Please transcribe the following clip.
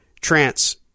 Trance